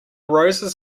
roses